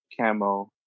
camo